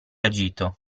agito